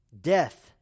death